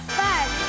five